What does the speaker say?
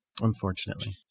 unfortunately